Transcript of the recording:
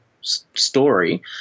story